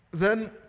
then,